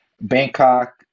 Bangkok